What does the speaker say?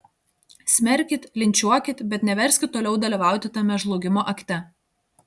smerkit linčiuokit bet neverskit toliau dalyvauti tame žlugimo akte